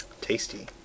Tasty